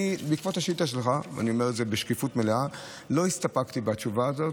אני אומר בשקיפות מלאה שאני בעקבות השאילתה שלך לא הסתפקתי בתשובה הזו,